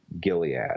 Gilead